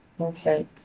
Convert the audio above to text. Okay